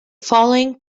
following